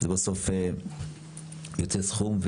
זה בסוף יוצא סכום.